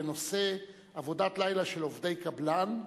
בנושא: עבודת לילה של עובדי קבלן.